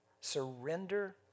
surrender